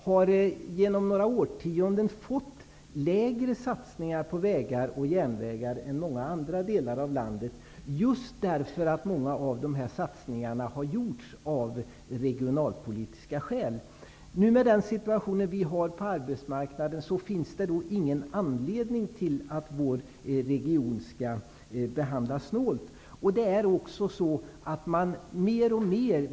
Under några årtionden har man fått mindre satsningar på vägar och järnvägar än många andra delar av landet, just därför att många av dessa satsningar har gjorts av regionalpolitiska skäl. Med den nuvarande situationen på arbetsmarknaden, finns det inte någon anledning till att vår region skall behandlas snålt.